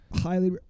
highly